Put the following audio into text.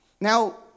Now